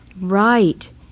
Right